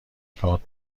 کارت